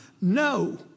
No